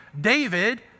David